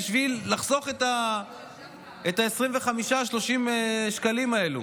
בשביל לחסוך את ה-25 30 שקלים האלה.